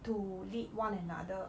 to lead one another